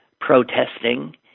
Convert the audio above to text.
protesting